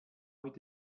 mit